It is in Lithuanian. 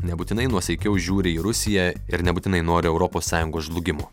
nebūtinai nuosaikiau žiūri į rusiją ir nebūtinai nori europos sąjungos žlugimo